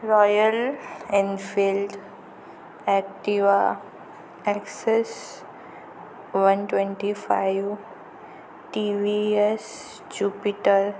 Royal Enfield Activa access one twenty five TVS jupiter